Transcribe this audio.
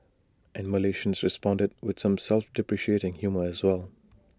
and Malaysians responded with some self deprecating humour as well